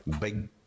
big